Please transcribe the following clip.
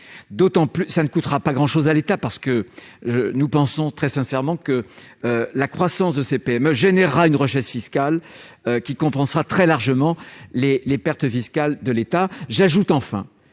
Cette mesure ne coûtera pas grand-chose à l'État, parce que nous pensons très sincèrement que la croissance des PME suscitera une recette fiscale qui compensera très largement les pertes de l'État. J'ajoute enfin